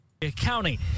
County